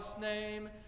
name